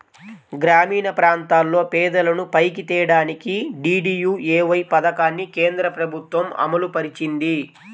గ్రామీణప్రాంతాల్లో పేదలను పైకి తేడానికి డీడీయూఏవై పథకాన్ని కేంద్రప్రభుత్వం అమలుపరిచింది